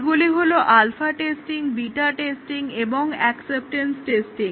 এগুলি হল alpha testing beta testing এবং অ্যাকসেপটেন্স টেস্টিং